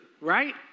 right